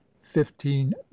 fifteen